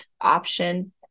option